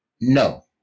No